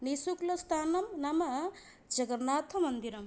निःशुल्कस्थानं नाम जगन्नाथमन्दिरम्